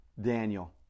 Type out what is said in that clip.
Daniel